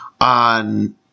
on